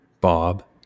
Bob